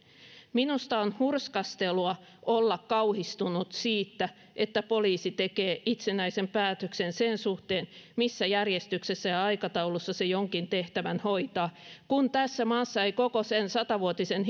minusta on hurskastelua olla kauhistunut siitä että poliisi tekee itsenäisen päätöksen sen suhteen missä järjestyksessä ja aikataulussa se jonkin tehtävän hoitaa kun tässä maassa ei koko sen sata vuotisen